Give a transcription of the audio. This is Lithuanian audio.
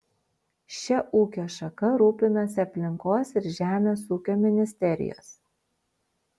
šia ūkio šaka rūpinasi aplinkos ir žemės ūkio ministerijos